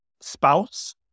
spouse